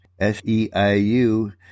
SEIU